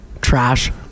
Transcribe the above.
trash